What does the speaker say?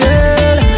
Girl